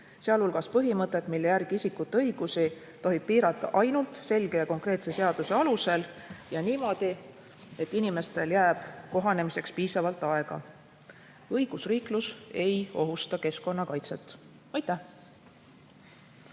samuti põhimõtet, mille järgi isikute õigusi tohib piirata ainult selge ja konkreetse seaduse alusel ning niimoodi, et inimestel jääb kohanemiseks piisavalt aega. Õigusriiklus ei ohusta keskkonnakaitset. Aitäh!